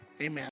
Amen